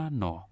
no